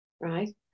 right